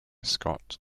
scott